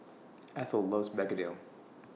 Ethyl loves Begedil